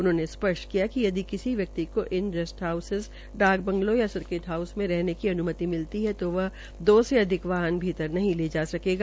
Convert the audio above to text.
उनहोंने स्थष्ट किया कि यदि कोई किसी व्यक्ति को इन रेस्ट हाउसेस डाक बंगलों या स्रिकट हाउसेस में रहने की अनुमति मिलती है तो व दो से अधिक वाहन वाहन भीतर नहीं ले जा सकेगा